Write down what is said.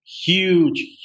huge